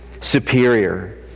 superior